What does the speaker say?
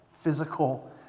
physical